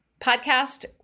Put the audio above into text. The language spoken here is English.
podcast